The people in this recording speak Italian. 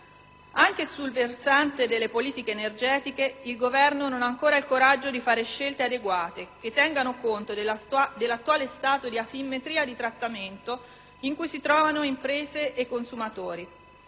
Anche sul versante delle politiche energetiche il Governo non ha ancora il coraggio di fare scelte adeguate che tengano conto dell'attuale stato di asimmetria di trattamento in cui si trovano imprese e consumatori.